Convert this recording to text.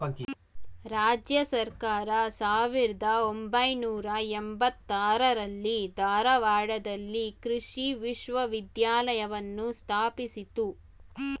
ರಾಜ್ಯ ಸರ್ಕಾರ ಸಾವಿರ್ದ ಒಂಬೈನೂರ ಎಂಬತ್ತಾರರಲ್ಲಿ ಧಾರವಾಡದಲ್ಲಿ ಕೃಷಿ ವಿಶ್ವವಿದ್ಯಾಲಯವನ್ನು ಸ್ಥಾಪಿಸಿತು